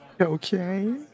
Okay